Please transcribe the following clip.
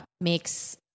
makes